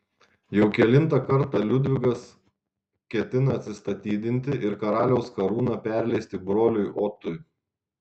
jau kelintą kartą liudvikas ketina atsistatydinti ir karaliaus karūną perleisti broliui otui